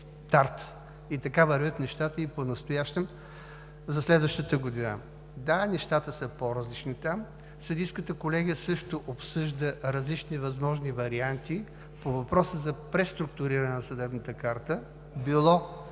така вървят нещата и понастоящем за следващата година. Да, нещата там са по-различни. Съдийската колегия също обсъжда различни възможни варианти по въпроса за преструктуриране на съдебната карта – било